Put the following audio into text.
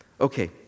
Okay